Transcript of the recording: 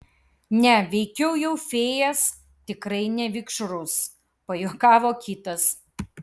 ne veikiau jau fėjas tikrai ne vikšrus pajuokavo kitas